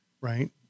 right